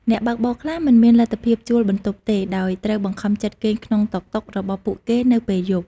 អ្នកបើកបរខ្លះមិនមានលទ្ធភាពជួលបន្ទប់ទេ ដោយត្រូវបង្ខំចិត្តគេងក្នុងតុកតុករបស់ពួកគេនៅពេលយប់។